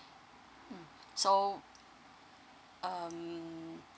mm so um